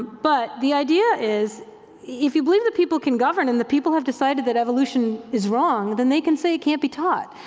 but the idea is if you believe that people can govern and the people have decided that evolution is wrong, then they can say it can't be taught.